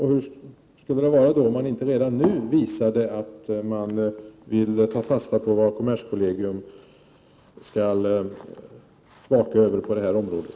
Hur skulle det då vara, om man redan nu visade att man vill ta fasta på vad kommerskollegium skall vaka över på det här området?